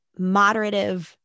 moderative